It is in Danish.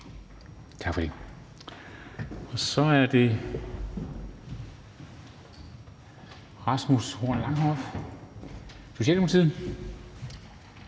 ordførerrunden. Så er det hr. Rasmus Horn Langhoff, Socialdemokratiet.